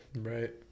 Right